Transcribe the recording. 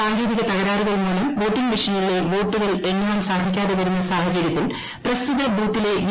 സാങ്കേതിക തകരാറുക്ക്റ്റ് മൂലം വോട്ടിംഗ് മെഷീനിലെ വോട്ടുകൾ എണ്ണുവാൻ സാധിക്കാതെവരുന്ന സാഹചര്യത്തിൽ ആ ബൂത്തിലെ വി